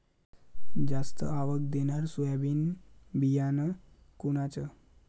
जास्त आवक देणनरं सोयाबीन बियानं कोनचं?